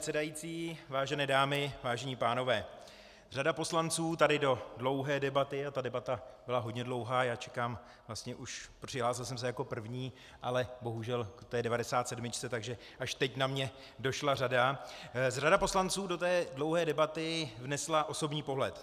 Vážený pane předsedající, vážené dámy, vážení pánové, řada poslanců tady do dlouhé debaty a ta debata byla hodně dlouhá, já čekám vlastně už, přihlásil jsem se jako první, ale bohužel v té devadesátsedmičce, takže až teď na mě došla řada řada poslanců do té dlouhé debaty vnesla osobní pohled.